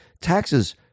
taxes